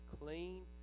clean